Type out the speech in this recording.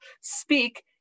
speak